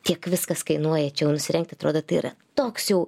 tiek viskas kainuoja čia jau nusirengt atrodo tai yra toks jau